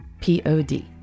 P-O-D